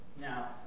Now